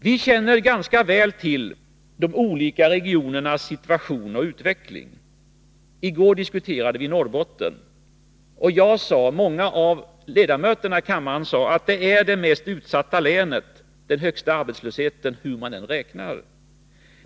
Vi känner ganska väl till.de olika regionernas situation och utveckling. I går diskuterade vi Norrbotten här i riksdagen. Jag och många ledamöter i kammaren sade att Norrbotten var det mest utsatta länet med den högsta arbetslösheten, hur man än räknar.